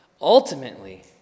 Ultimately